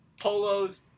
polos